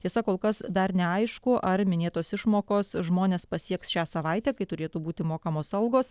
tiesa kol kas dar neaišku ar minėtos išmokos žmones pasieks šią savaitę kai turėtų būti mokamos algos